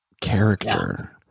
character